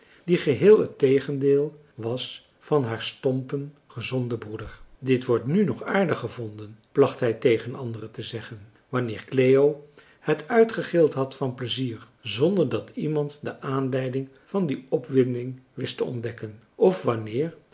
die geheel het tegendeel was van haar stompen gezonden broeder dit wordt nu nog aardig gevonden placht hij tegen anderen te zeggen wanneer cleo het uitgegild had van plezier zonder dat iemand de aanleiding van die opwinding wist te ontdekken of wanneer